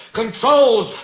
controls